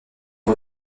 est